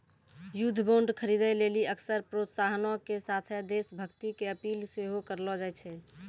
युद्ध बांड खरीदे लेली अक्सर प्रोत्साहनो के साथे देश भक्ति के अपील सेहो करलो जाय छै